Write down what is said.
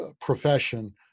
profession